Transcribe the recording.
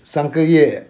上个月